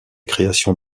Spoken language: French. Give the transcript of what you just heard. créations